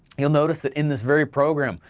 you'll notice that in this very program,